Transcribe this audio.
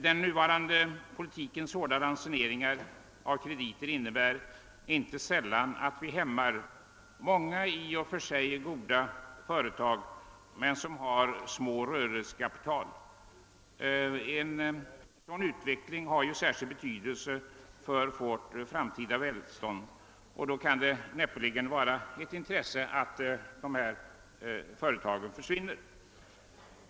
Den nuvarande politikens hårda ransoneringar av krediter hämmar inte sällan utvecklingen av många i och för sig goda företag vilkas rörelsekapital är för litet, men som skulle ha stor betydelse för vårt framtida välstånd, och det kan näppeligen vara ett intresse att dessa företag försvinner.